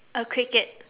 a cricket